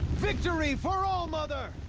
victory for all-mother!